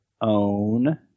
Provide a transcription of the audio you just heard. own